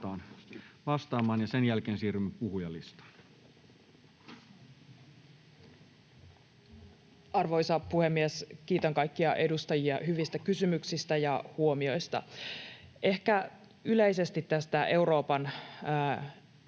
vastaamaan, ja sen jälkeen siirrymme puhujalistaan. Arvoisa puhemies! Kiitän kaikkia edustajia hyvistä kysymyksistä ja huomioista. Ehkä yleisesti tästä eurooppalaisten